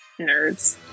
Nerds